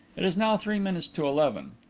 it is now three minutes to eleven.